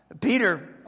Peter